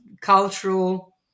cultural